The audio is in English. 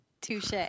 Touche